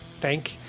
thank